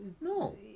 No